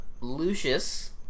Lucius